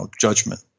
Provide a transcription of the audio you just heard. judgment